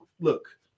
look